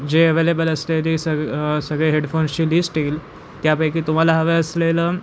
जे अव्हेलेबल असलेली सग सगळे हेडफोन्सची लिस्ट येईल त्यापैकी तुम्हाला हवं असलेलं